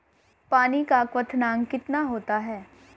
पानी का क्वथनांक कितना होता है?